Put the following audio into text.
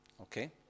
Okay